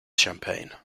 champagne